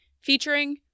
featuring